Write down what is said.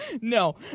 no